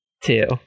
Two